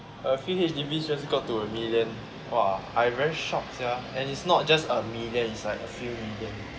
a few H_D_B just got to million !wah! I very shocked sia and it's not just a million it's like few million